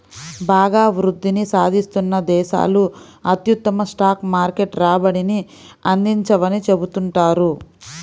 బాగా వృద్ధిని సాధిస్తున్న దేశాలు అత్యుత్తమ స్టాక్ మార్కెట్ రాబడిని అందించవని చెబుతుంటారు